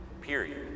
period